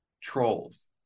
trolls